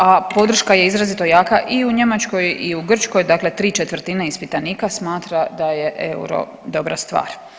A podrška je izrazito jaka i u Njemačkoj i u Grčkoj, dakle 3/4 ispitanika smatra da je euro dobra stvar.